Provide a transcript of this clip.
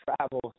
travel